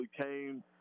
came